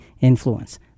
influence